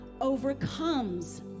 overcomes